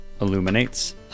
illuminates